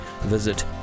visit